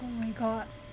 oh my god